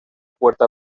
puerta